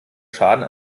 schaden